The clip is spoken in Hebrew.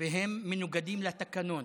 והם מנוגדים לתקנון,